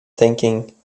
thinking